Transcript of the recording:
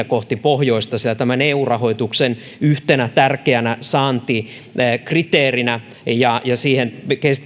kohti pohjoista sillä tämän eu rahoituksen yhtenä tärkeänä saantikriteerinä ja siihen